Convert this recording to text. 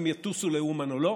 אם יטוסו לאומן או לא.